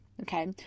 Okay